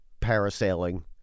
parasailing